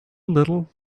little